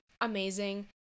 amazing